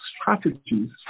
strategies